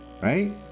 Right